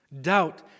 Doubt